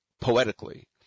poetically